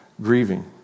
grieving